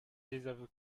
désaveu